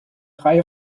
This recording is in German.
reihe